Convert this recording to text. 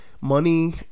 money